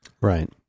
Right